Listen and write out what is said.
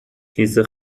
کیسه